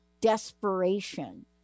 desperation